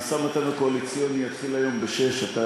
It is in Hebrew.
המשא-ומתן הקואליציוני יתחיל היום ב-18:00.